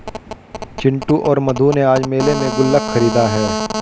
चिंटू और मधु ने आज मेले में गुल्लक खरीदा है